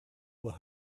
were